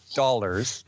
dollars